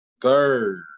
third